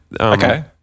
Okay